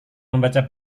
membaca